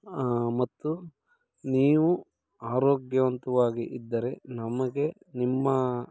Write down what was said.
ಮತ್ತು ನೀವು ಆರೋಗ್ಯವಂತವಾಗಿ ಇದ್ದರೆ ನಮಗೆ ನಿಮ್ಮ